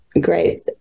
great